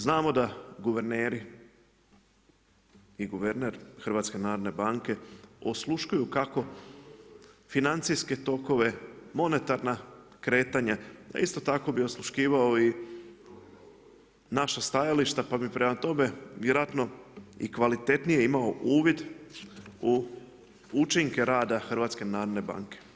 Znamo da guverneri i guverner HNB-a osluškuju kako financijske tokove, monetarna kretanja pa isto tako bi osluškivao naša stajališta pa bi prema tome vjerojatno i kvalitetnije imao uvid u učinke rada HNB-a.